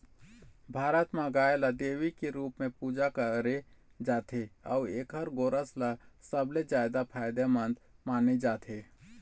भारत म गाय ल देवी के रूप पूजा करे जाथे अउ एखर गोरस ल सबले जादा फायदामंद माने जाथे